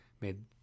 made